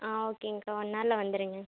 ஆ ஓகேங்கக்கா ஒன் அவரில் வந்துருங்கள்